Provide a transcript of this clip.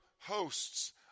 hosts